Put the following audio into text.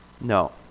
No